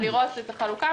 ולראות את החלוקה.